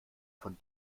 von